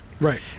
Right